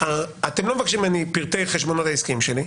אתם לא מבקשים ממני פרטי החשבונות העסקיים שלי,